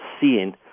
seeing